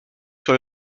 sur